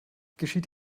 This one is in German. geschieht